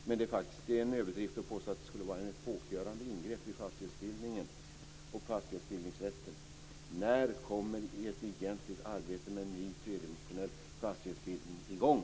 Men det är faktiskt en överdrift att påstå att det skulle vara ett epokgörande ingrepp i fastighetsbildningen och fastighetsbildningsrätten. När kommer egentligen ert arbete med en ny tredimensionell fastighetsbildning i gång?